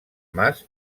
mas